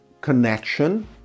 connection